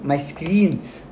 my screens